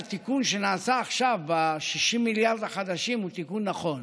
התיקון שנעשה עכשיו ב-60 מיליארד החדשים הוא תיקון נכון.